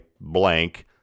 blank